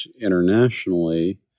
internationally